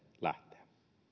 lähteä